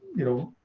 you know,